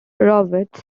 roberts